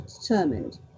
determined